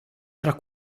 tra